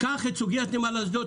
קח את סוגיית נמל אשדוד,